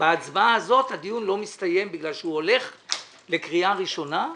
בהצבעה הזאת הדיון לא מסתיים בגלל שהוא הולך לקריאה ראשונה,